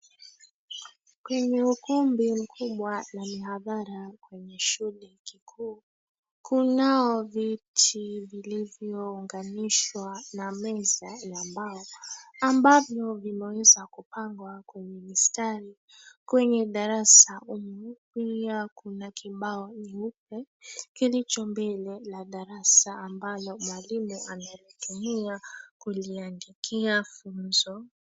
Kwenye ukumbi mkubwa wa mihadhara kwenye shule kikuu, kunao viti vilivyounganishwa na meza ya mbao, ambavyo vimeweza kupangwa kwenye mistari. Kwenye darasa humu pia kuna kibao nyeupe kilicho mbele la darasa ambalo mwalimu analitumia kuliandikia funzo.